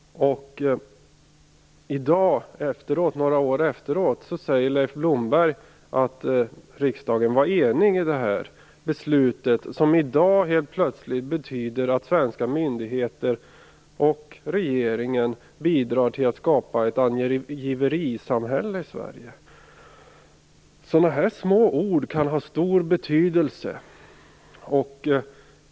I dag, några år senare, säger Leif Blomberg att riksdagen var enig i ett beslut som nu helt plötsligt betyder att svenska myndigheter och regeringen bidrar till att skapa ett angiverisamhälle i Sverige. Sådana här små ord kan ha stor betydelse.